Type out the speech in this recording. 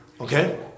okay